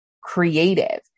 creative